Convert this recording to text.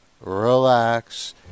relax